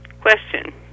Question